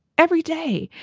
every day.